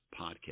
podcast